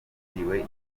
yagiriwe